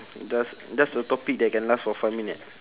just just a topic that can last for five minute